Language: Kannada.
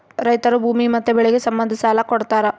ರೈತರು ಭೂಮಿ ಮತ್ತೆ ಬೆಳೆಗೆ ಸಂಬಂಧ ಸಾಲ ಕೊಡ್ತಾರ